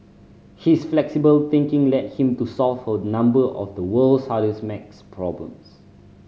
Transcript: his flexible thinking led him to solve a number of the world's hardest maths problems